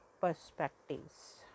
Perspectives